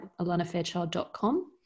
alanafairchild.com